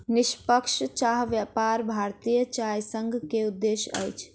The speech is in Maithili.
निष्पक्ष चाह व्यापार भारतीय चाय संघ के उद्देश्य अछि